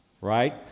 right